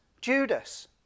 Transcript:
judas